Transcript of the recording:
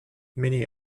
many